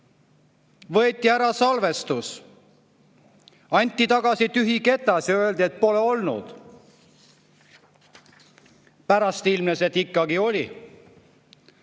Võeti ära salvestis, anti tagasi tühi ketas ja öeldi, et seda pole olnud. Pärast ilmnes, et ikkagi oli.